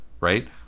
right